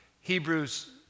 Hebrews